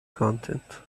content